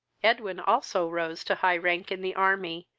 edwin also rose to high rank in the army,